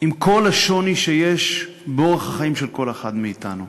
עם כל השוני שיש באורח החיים של כל אחד מאתנו.